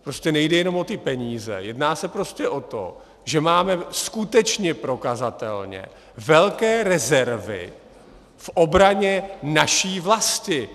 Prostě nejde jenom o ty peníze, jedná se prostě o to, že máme skutečně prokazatelně velké rezervy v obraně naší vlasti.